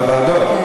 בוועדות,